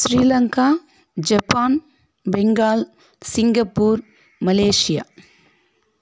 Sri Lanka Japan Bengal Singapore Malaysia